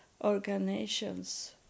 organizations